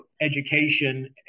education